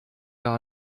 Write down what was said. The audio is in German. gar